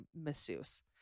masseuse